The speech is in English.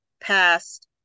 past